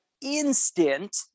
instant